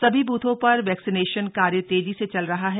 सभी बूथों पर वैक्सीनेशन कार्य तेजी से चल रहा है